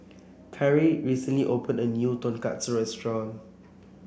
Khiry recently opened a new Tonkatsu restaurant